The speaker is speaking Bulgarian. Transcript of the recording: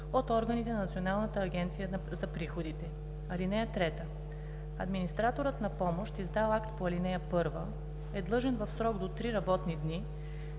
от органите на Националната агенция за приходите. (3) Администраторът на помощ, издал акт по ал. 1, е длъжен в срок до три работни дни